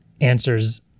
answers